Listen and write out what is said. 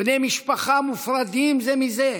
בני משפחה מופרדים זה מזה,